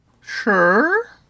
Sure